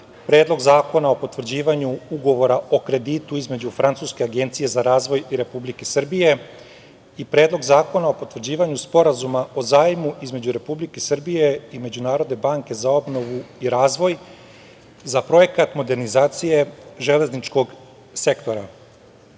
Predlog zakona o potvrđivanju Ugovora o kreditu između francuske Agencije za razvoj i Republike Srbije i Predlog zakona o potvrđivanju Sporazuma o zajmu između Republike Srbije i Međunarodne banke za obnovu i razvoj za projekat modernizacije železničkog sektora. Bez